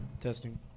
Testing